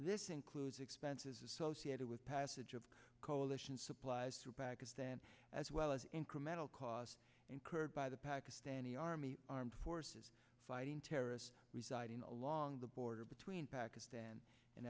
this includes expenses associated with passage of coalition supplies to pakistan as well as incremental costs incurred by the pakistani army armed forces fighting terrorists residing along the border between pakistan and